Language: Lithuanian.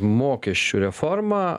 mokesčių reforma